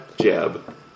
Jab